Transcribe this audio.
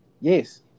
Yes